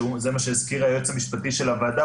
שזה מה שהזכיר היועץ המשפטי לוועדה,